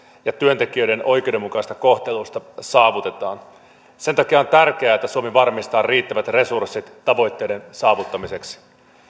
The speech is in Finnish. ja työntekijöiden oikeudenmukaisesta kohtelusta saavutetaan sen takia on tärkeää että suomi varmistaa riittävät resurssit tavoitteiden saavuttamiseksi